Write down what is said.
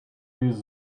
with